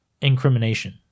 incrimination